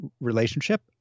relationship